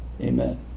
Amen